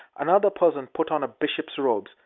another person put on a bishop's robes,